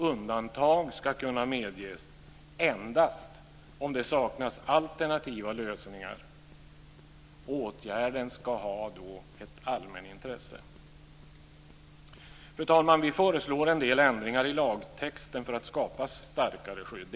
Undantag ska kunna medges endast om det saknas alternativa lösningar, och åtgärden ska då ha ett allmänintresse. Fru talman! Vi föreslår en del ändringar i lagtexten för att skapa starkare skydd.